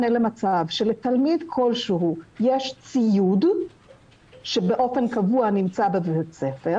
שלתלמיד כלשהו יש ציוד שבאופן קבוע נמצא בבית הספר